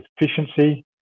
efficiency